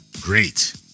Great